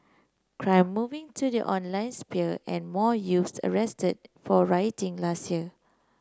crime moving to the online sphere and more youths arrested for rioting last year